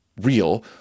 real